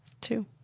Two